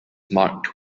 marked